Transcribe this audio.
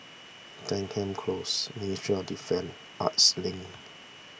Denham Close Ministry of Defence Arts Link